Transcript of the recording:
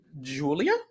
Julia